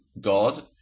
God